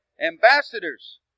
Ambassadors